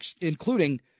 including